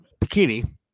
bikini